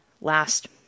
last